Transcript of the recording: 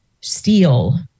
steal